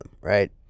right